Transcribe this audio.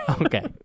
Okay